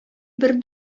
бер